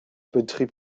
betrieb